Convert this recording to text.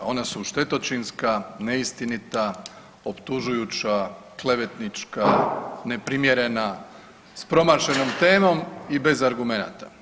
Ona su štetočinska, neistinita, optužujuća, klevetnička, neprimjerena, sa promašenom temom i bez argumenata.